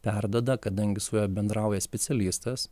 perduoda kadangi su juo bendrauja specialistas